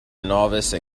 novice